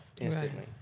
instantly